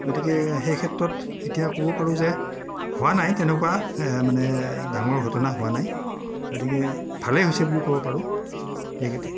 গতিকে সেই ক্ষেত্ৰত এতিয়া ক'ব পাৰোঁ যে হোৱা নাই তেনেকুৱা মানে ডাঙৰ ঘটনা হোৱা নাই গতিকে ভালেই হৈছে বুলি ক'ব পাৰোঁ এই গতি